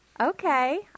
Okay